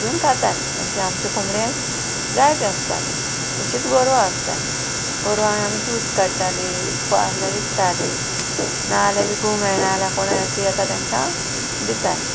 कातरून खातालीं अशें आमचे कोंबड्याक जायते आसताल्यो तशीच गोरवां आसतालीं गोरवां आमी दूद काडटालीं विकपा आहल्यार विकतालीं नाल्यार विकूंक मेयणा जाल्यार कोणा अशी आतां तेंकां दितालीं